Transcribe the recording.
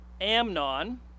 Amnon